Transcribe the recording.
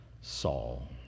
Saul